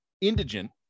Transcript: Indigent